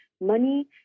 money